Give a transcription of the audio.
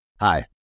Hi